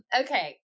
okay